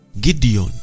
Gideon